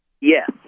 Yes